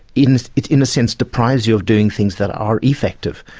it and it in a sense deprives you of doing things that are effective.